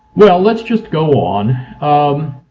well let's just go on. um